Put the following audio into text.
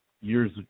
years